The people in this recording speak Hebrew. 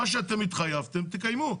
מה שאתם התחייבתם, תקיימו.